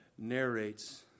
narrates